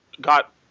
got